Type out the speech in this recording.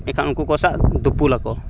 ᱮᱠᱷᱟᱱ ᱩᱱᱠᱚᱠᱚ ᱥᱟᱶ ᱫᱩᱯᱩᱞᱟᱠᱚ